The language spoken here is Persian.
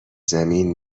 زمین